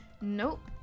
Nope